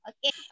Okay